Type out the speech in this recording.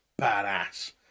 badass